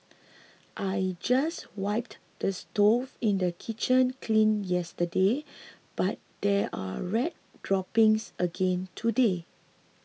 I just wiped the stove in the kitchen clean yesterday but there are rat droppings again today